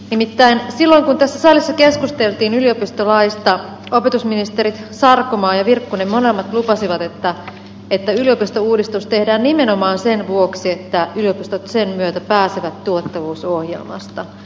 nimittäin silloin kun tässä salissa keskusteltiin yliopistolaista opetusministerit sarkomaa ja virkkunen molemmat lupasivat että yliopistouudistus tehdään nimenomaan sen vuoksi että yliopistot sen myötä pääsevät tuottavuusohjelmasta